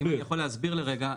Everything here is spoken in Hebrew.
לא, אם אני יכול להסביר רגע.